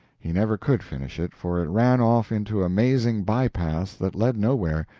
he never could finish it, for it ran off into amazing by-paths that led nowhere,